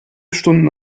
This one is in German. stunden